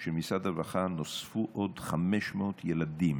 של משרד הרווחה נוספו עוד 500 ילדים